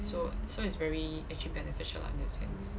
so so it's very actually beneficial lah in that sense